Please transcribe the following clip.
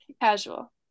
casual